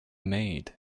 maid